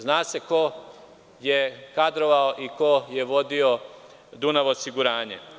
Zna se ko je kadrovao i ko je vodio Dunav osiguranje.